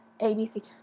ABC